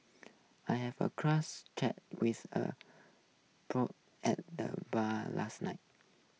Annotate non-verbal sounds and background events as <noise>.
I have a <unintelligible> chat with a <unintelligible> at the bar last night